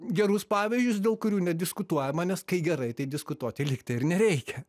gerus pavyzdžius dėl kurių nediskutuojama nes kai gerai tai diskutuoti lyg tai ir nereikia